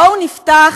בואו נפתח